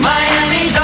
Miami